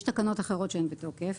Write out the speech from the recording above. יש תקנות אחרות שהן בתוקף